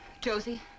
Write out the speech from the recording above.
Josie